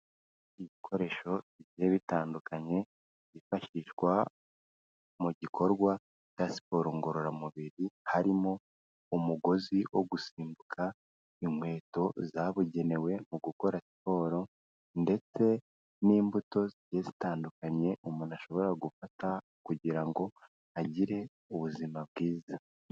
Ibikoresho bigiye bitandukanye byifashishwa mu gikorwa cya siporo ngororamubiri harimo umugozi wo gusimbuka, inkweto zabugenewe mu gukora siporo, ndetse n'imbuto zigiye zitandukanye umuntu ashobora gufata kugira ngo agire ubuzima bwiza.